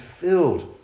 filled